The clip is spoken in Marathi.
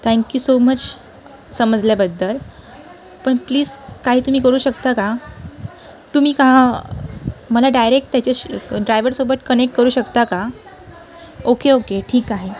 थँक्यू सो मच समजल्याबद्दल पण प्लीस काही तुम्ही करू शकता का तुम्ही का मला डायरेक त्याच्याशी क ड्रायवरसोबत कनेक्ट करू शकता का ओके ओके ठीक आहे